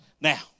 now